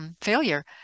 failure